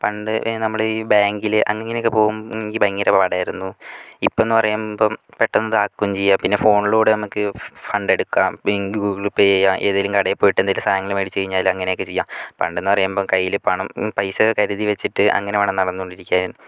പണ്ട് ആ നമ്മൾ ഈ ബാങ്കില് അന്ന് ഇങ്ങനെ ഒക്കെ പോകുമ്പോൾ എനിക്ക് ഭയങ്കര പാട് ആയിരുന്നു ഇപ്പോൾ എന്ന് പറയുമ്പോൾ പെട്ടെന്ന് ഇത് ആക്കുകയും ചെയ്യാം പിന്നെ ഫോണിലൂടെ നമുക്ക് ഫണ്ട് എടുക്കാം ബാങ്ക് ഗൂഗിൾ പേ ചെയ്യാം ഏത് ഏതെങ്കിലും കടെ പോയിട്ട് എന്തേലും സാധങ്ങള് മേടിച്ച് കഴിഞ്ഞാല് അങ്ങനെയൊക്കെ ചെയ്യാം പണ്ട് എന്ന് പറയുമ്പോ കയ്യില് പണം പൈസ ഒക്കെ കരുതി വെച്ചിട്ട് അങ്ങനെ വേണം നടന്നോണ്ട് ഇരിക്കാൻ